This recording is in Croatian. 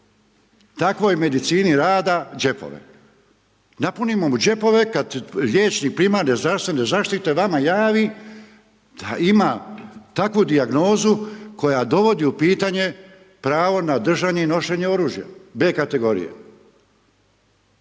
takvoj medicini rada džepove? Napunimo mu džepove kad liječnik primarne zdravstvene zaštite javi da ima takvu dijagnozu koja dovodi u pitanje pravo na držanje i nošenje oružja B kategorije.